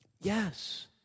Yes